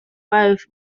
both